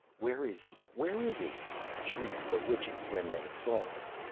where is he, where is he shrieked the witches when they saw her,